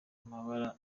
amabara